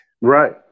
Right